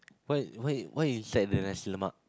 why why why you like the nasi-lemak